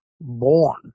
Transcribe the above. born